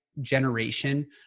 generation